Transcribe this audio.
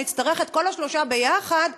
שנצטרך את כל השלושה ביחד,